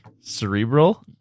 Cerebral